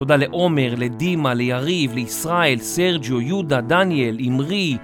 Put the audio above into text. תודה לעומר, לדימה, ליריב, לישראל, סרג'יו, יודה, דניאל, אימרי